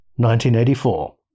1984